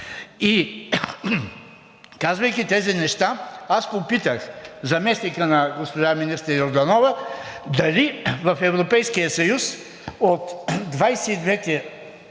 Казвайки тези неща, аз попитах заместника на госпожа министър Йорданова дали в Европейския съюз от 22-те